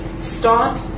start